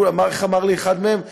איך אמר לי אחד מהם?